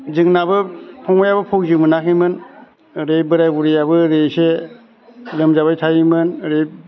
जोंनाबो फंबायाबो फौजि मोनाखैमोन ओरै बोराइ बुरियाबो एसे लोमजाबाय थायोमोन ओरै